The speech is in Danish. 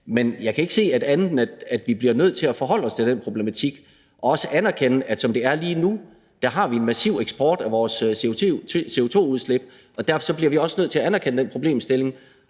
Men jeg kan ikke se andet, end at vi bliver nødt til at forholde os til den problematik og også anerkende, at vi, som det er lige nu, har en massiv eksport af vores CO2-udslip, og derfor bliver vi også nødt til at anerkende den problemstilling.